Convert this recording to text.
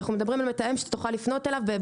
אנחנו מדברים על מתאם שתוכל לפנות אליו.